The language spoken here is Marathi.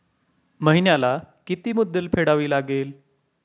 महिन्याला किती मुद्दल फेडावी लागेल?